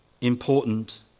important